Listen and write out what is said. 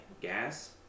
gas